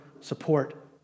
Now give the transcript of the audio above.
support